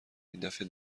ایندفعه